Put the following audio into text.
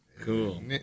Cool